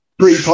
three